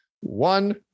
one